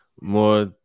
More